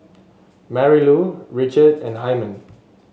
Marylou Richard and Hymen